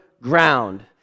ground